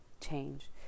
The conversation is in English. change